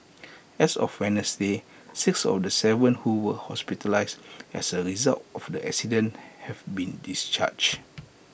as of Wednesday six of the Seven who were hospitalised as A result of the accident have been discharged